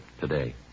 today